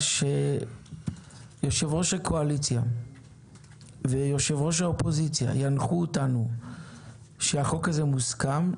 שיו"ר הקואליציה ויו"ר האופוזיציה ינחו אותנו שהחוק הזה מוסכם,